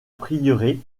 prieuré